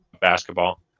basketball